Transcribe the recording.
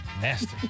Nasty